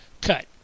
cut